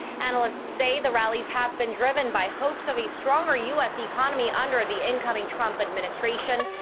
analysts say the rallies have been driven by hopes of a stronger u s. economy under the incoming trump administration.